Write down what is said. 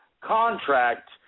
contract